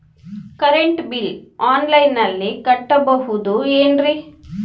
Current bill ಆನ್ಲೈನಿನಲ್ಲಿ ಕಟ್ಟಬಹುದು ಏನ್ರಿ?